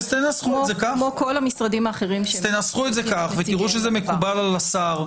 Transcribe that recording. תנסחו את זה כך ותראו שזה מקובל על השר.